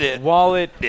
wallet